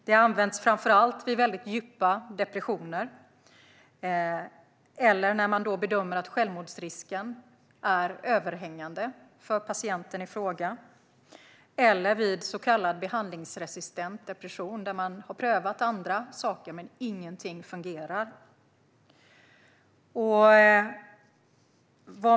Det är framför allt vid väldigt djupa depressioner, när man bedömer att självmordsrisken är överhängande för patienten i fråga och vid så kallad behandlingsresistent depression, där man har prövat andra saker men ingenting fungerar.